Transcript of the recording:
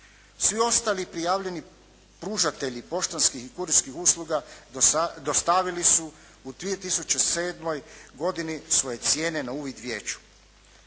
Svi ostali prijavljeni pružatelji poštanskih i kurirskih usluga dostavili su u 2007. godini svoje cijene na uvid vijeću.